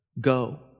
Go